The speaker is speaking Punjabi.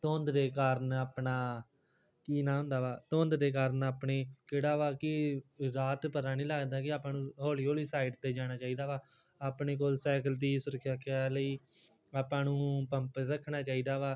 ਧੁੰਦ ਦੇ ਕਾਰਨ ਆਪਣਾ ਕੀ ਨਾਮ ਹੁੰਦਾ ਵਾ ਧੁੰਦ ਦੇ ਕਾਰਨ ਆਪਣੀ ਕਿਹੜਾ ਵਾ ਕਿ ਰਾਤ ਪਤਾ ਨਹੀਂ ਲੱਗਦਾ ਕਿ ਆਪਾਂ ਨੂੰ ਹੌਲੀ ਹੌਲੀ ਸਾਈਡ 'ਤੇ ਜਾਣਾ ਚਾਹੀਦਾ ਵਾ ਆਪਣੇ ਕੋਲ ਸਾਇਕਲ ਦੀ ਸੁਰੱਖਿਆ ਰੱਖਿਆ ਲਈ ਆਪਾਂ ਨੂੰ ਪੰਪ ਰੱਖਣਾ ਚਾਹੀਦਾ ਵਾ